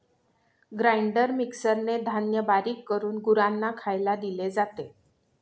grinder मिक्सरने धान्य बारीक करून गुरांना खायला दिले जाते